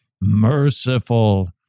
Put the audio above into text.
merciful